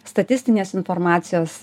statistinės informacijos